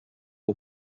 que